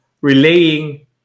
relaying